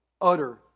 Utter